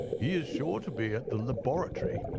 he is sure to be at the laboratory,